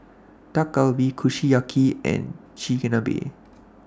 Dak Galbi Kushiyaki and Chigenabe